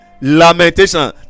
Lamentation